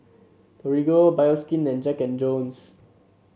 Torigo Bioskin and Jack And Jones